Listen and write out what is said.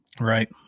right